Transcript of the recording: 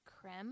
Creme